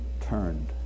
turned